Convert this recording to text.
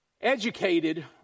educated